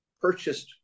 purchased